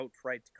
outright